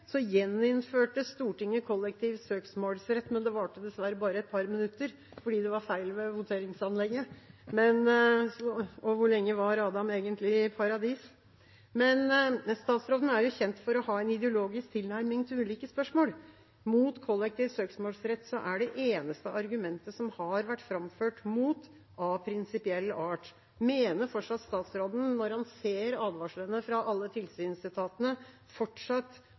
gjeninnførte Stortinget kollektiv søksmålsrett, men det varte dessverre bare i et par minutter, for det var en feil ved voteringsanlegget. Hvor lenge var Adam egentlig i paradis? Statsråden er jo kjent for å ha en ideologisk tilnærming til ulike spørsmål. Det eneste argumentet som har vært framført mot kollektiv søksmålsrett, er av prinsipiell art. Mener statsråden fortsatt, når han ser advarslene fra alle tilsynsetatene,